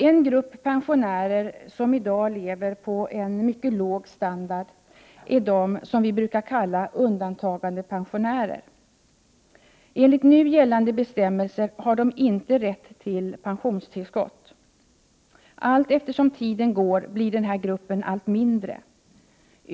En grupp pensionärer som i dag lever på en mycket låg standard är de som vi brukar kalla undantagandepensionärerna. Enligt nu gällande bestämmelser har de inte rätt till pensionstillskott. Allteftersom tiden går blir denna grupp allt mindre.